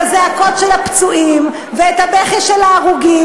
הזעקות של הפצועים ואת הבכי של ההרוגים.